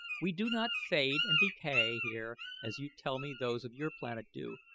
we do not fade and decay here as you tell me those of your planet do,